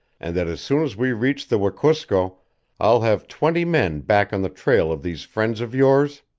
and that as soon as we reach the wekusko i'll have twenty men back on the trail of these friends of yours?